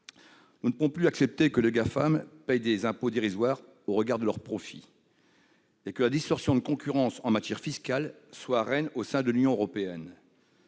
Nous ne pouvons plus accepter que les Gafam payent des impôts dérisoires au regard de leurs profits et que la distorsion de concurrence en matière fiscale soit reine au sein de l'Union européenne